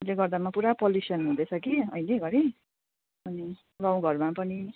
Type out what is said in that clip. यो गर्दामा पुरा पोल्युसन हुँदैछ कि अहिले घरि अनि गाउँघरमा पनि